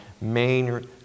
main